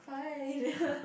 fine